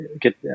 Get